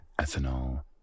ethanol